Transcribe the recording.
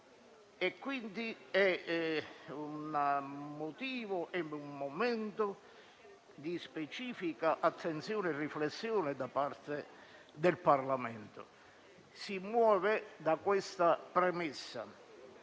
È quindi un motivo e un momento di specifica attenzione e riflessione da parte del Parlamento. Si muove da questa premessa